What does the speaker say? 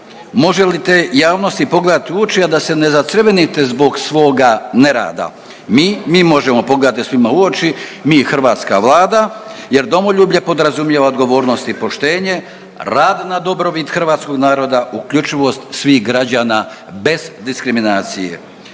Može li te javnosti pogledati u oči, a da se ne zacrvenite zbog svoga nerada? Mi, mi možemo pogledati svima u oči, mi hrvatska vlada jer domoljublje podrazumijeva odgovornost i poštenje, rad na dobrobit hrvatskog naroda, uključivost svih građana bez diskriminacije.